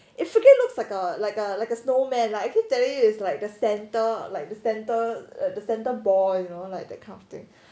it freaking looks like a like a like a snowman like I keep telling you like the center like the center the center ball you know like that kind of thing